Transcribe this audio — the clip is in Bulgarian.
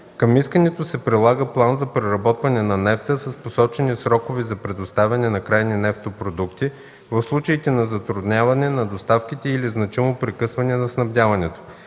Към искането се прилага план за преработване на нефта с посочени срокове за предоставяне на крайни нефтопродукти в случаите на затрудняване на доставките или значимо прекъсване на снабдяването.